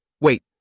Wait